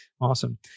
Awesome